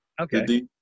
Okay